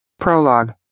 Prologue